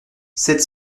sept